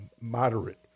moderate